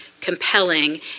compelling